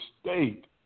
state